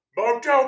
Moto